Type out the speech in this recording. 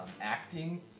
acting